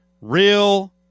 real